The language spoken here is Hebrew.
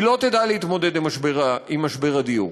היא לא תדע להתמודד עם משבר הדיור.